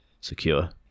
secure